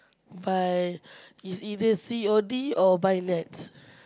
but it's either C_O_D or by Nets